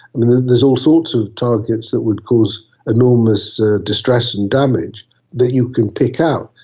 and then there's all sorts of targets that would cause enormous ah distress and damage that you can pick out.